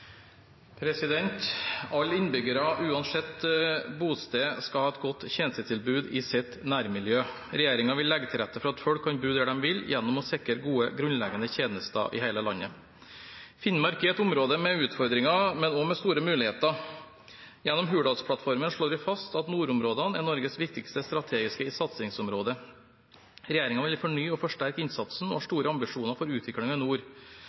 innbyggere uansett bosted skal ha et godt tjenestetilbud i sitt nærmiljø. Regjeringen vil legge til rette for at folk kan bo der de vil, gjennom å sikre gode, grunnleggende tjenester i hele landet. Finnmark er et område med utfordringer, men også med store muligheter. Gjennom Hurdalsplattformen slår vi fast at nordområdene er Norges viktigste strategiske satsingsområde. Regjeringen vil fornye og forsterke innsatsen og har store ambisjoner for utviklingen i nord.